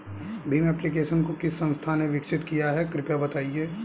Bhim application को किस संस्था ने विकसित किया है कृपया बताइए?